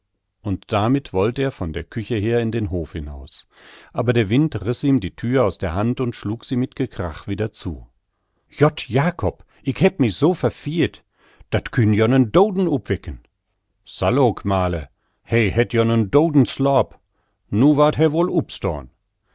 und damit wollt er von der küche her in den hof hinaus aber der wind riß ihm die thür aus der hand und schlug sie mit gekrach wieder zu jott jakob ick hebb mi so verfiert dat künn joa nen doden uppwecken sall ook male he hett joa nen dodensloap nu